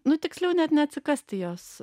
nu tiksliau net neatsikasti jos